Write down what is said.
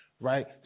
right